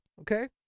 Okay